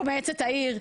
או במועצת העיר,